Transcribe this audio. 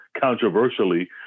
controversially